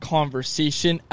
Conversation